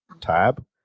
tab